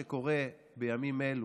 שקורה בימים אלה,